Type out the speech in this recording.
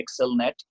ExcelNet